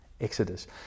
exodus